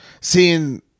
Seeing